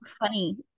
funny